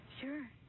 Sure